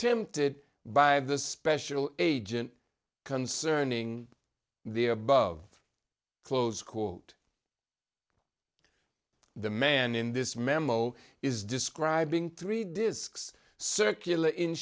attempted by the special agent concerning the above close call the man in this memo is describing three disks circular in